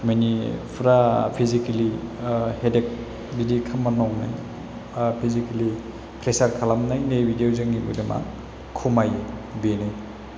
मानि फुरा physically headache बिदि खामानि मावनाय फेजिकेलि प्रेसार खालामनाय नै बिदियाव जोंनि मोदोमा खमायो बेनो